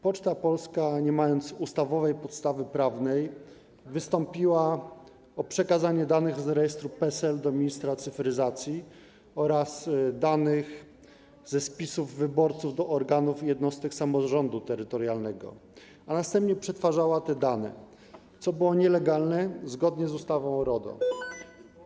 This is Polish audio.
Poczta Polska, nie mając ustawowej podstawy prawnej, wystąpiła o przekazanie danych z rejestru PESEL do ministra cyfryzacji oraz danych ze spisów wyborców do organów jednostek samorządu terytorialnego, a następnie przetwarzała te dane, co było nielegalne zgodnie z ustawą o RODO.